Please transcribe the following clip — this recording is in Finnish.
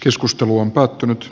keskustelu on päättynyt